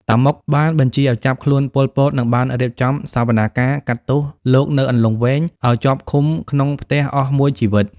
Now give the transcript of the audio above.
តាម៉ុក បានបញ្ជាឱ្យចាប់ខ្លួនប៉ុល ពត និងបានរៀបចំសវនាការកាត់ទោសលោកនៅអន្លង់វែងឱ្យជាប់ឃុំក្នុងផ្ទះអស់មួយជីវិត។